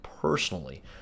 Personally